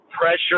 pressure